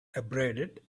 abraded